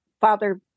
Father